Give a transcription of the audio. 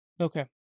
Okay